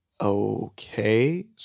okay